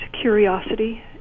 curiosity